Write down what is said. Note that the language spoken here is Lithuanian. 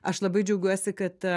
aš labai džiaugiuosi kad